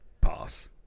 pass